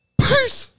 peace